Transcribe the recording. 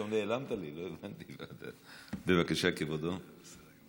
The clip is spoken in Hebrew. בבקשה, כבודו.